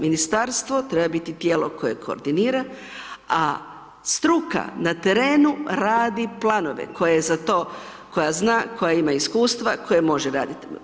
Ministarstvo treba biti tijelo koje koordinira, a struka na terenu radi planove koje za to, koja zna, koja ima iskustva, koje može raditi.